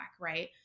right